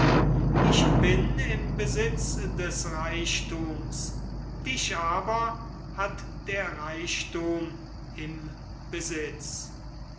ich bin im besitz des reichthums dich hat der reichthum im besitz